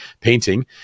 painting